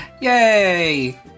Yay